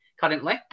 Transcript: currently